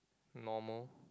normal